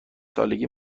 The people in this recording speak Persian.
سالی